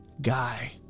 guy